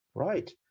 right